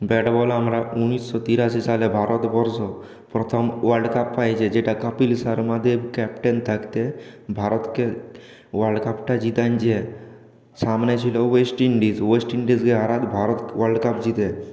bat ball আমরা উনিশশো তিরাশি সালে ভারতবর্ষ প্রথম ওয়ার্ল্ড কাপ পায় যে যেটা কাপিল শর্মা দেব ক্যাপ্টেন থাকতে ভারতকে ওয়ার্ল্ড কাপটা জিতিয়েছে সামনে ছিল ওয়েস্ট ইন্ডিজ ওয়েস্ট ইন্ডিজে আরেক ভারত ওয়ার্ল্ড কাপ জেতে